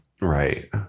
Right